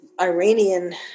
Iranian